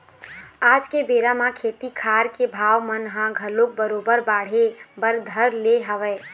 आज के बेरा म खेती खार के भाव मन ह घलोक बरोबर बाढ़े बर धर ले हवय